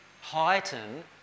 heighten